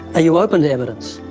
you open to evidence?